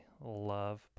love